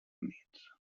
units